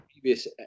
previous